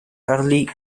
harley